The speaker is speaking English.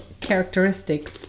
characteristics